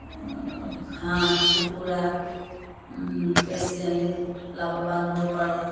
হাঁহ কুকুৰা বেচি আমি লাভৱান হ'ব পাৰোঁ